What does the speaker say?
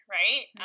right